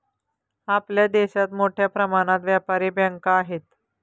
आपल्या देशात मोठ्या प्रमाणात व्यापारी बँका आहेत